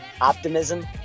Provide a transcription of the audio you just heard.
optimism